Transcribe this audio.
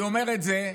אני אומר את זה: